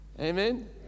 Amen